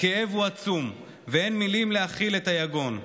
הכאב הוא עצום ואין מילים להכיל את היגון.